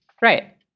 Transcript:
Right